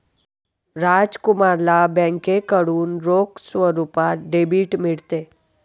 राजकुमारला बँकेकडून रोख स्वरूपात डेबिट मिळते